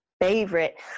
favorite